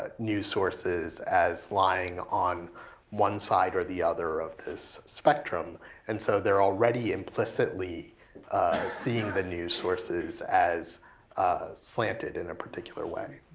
ah new sources as lying on one side or the other of this spectrum and so they are all ready implicitly seeing the news sources as slanted in a particular way.